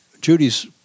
Judy's